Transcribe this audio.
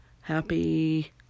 happy